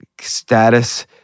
status